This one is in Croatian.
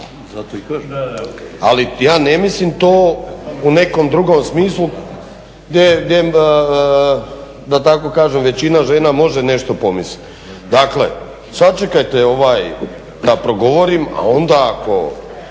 Ali ja ne mislim to u nekom drugom smislu gdje da tako kažem većina žena može nešto pomisliti. Dakle, sačekajte da progovorim, a onda ako